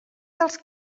dels